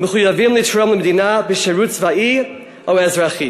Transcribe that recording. מחויב לתרום למדינה בשירות צבאי או אזרחי.